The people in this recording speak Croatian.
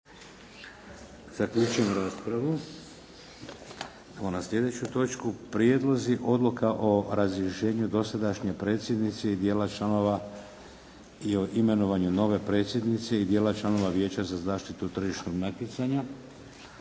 Vladimir (HDZ)** Slijedeća točka - Prijedlozi odluka o razrješenju dosadašnje predsjednice i dijela članova i o imenovanju nove predsjednice i dijela članova Vijeća za zaštitu tržišnog natjecanja